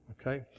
okay